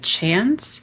chance